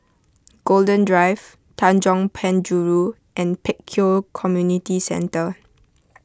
Golden Drive Tanjong Penjuru and Pek Kio Community Centre